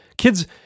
Kids